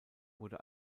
wurde